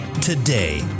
today